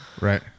Right